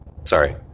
Sorry